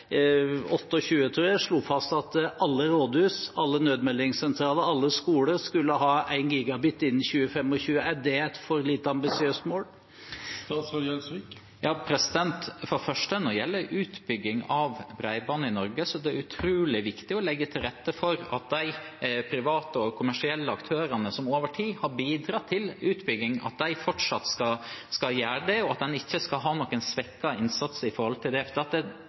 alle rådhus, alle nødmeldingssentraler, alle skoler skulle ha 1 Gbit/s innen 2025. Er det et for lite ambisiøst mål? Når det gjelder utbygging av bredbånd i Norge, er det utrolig viktig å legge til rette for at de private og kommersielle aktørene som over tid har bidratt til utbygging, fortsatt skal gjøre det, og at man ikke skal ha noen svekket innsats i forhold til det. Poenget er jo at